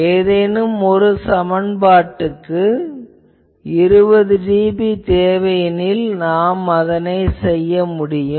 ஏதேனும் ஒரு பயன்பாட்டுக்கு 20dB தேவையெனில் நாம் அதை செய்யலாம்